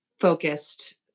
focused